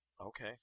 Okay